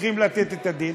שצריכות לתת את הדין?